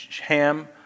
Ham